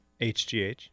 HGH